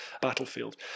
battlefield